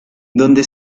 donde